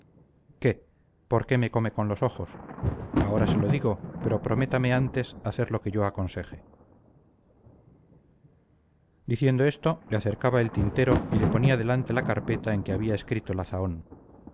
qué me come con los ojos ahora se lo digo pero prométame antes hacer lo que yo aconseje diciendo esto le acercaba el tintero y le ponía delante la carpeta en que había escrito la zahón